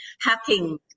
hacking